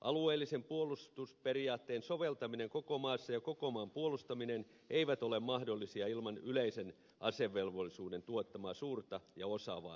alueellisen puolustusperiaatteen soveltaminen koko maassa ja koko maan puolustaminen eivät ole mahdollisia ilman yleisen asevelvollisuuden tuottamaa suurta ja osaavaa reserviä